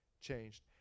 changed